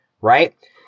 right